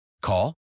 Call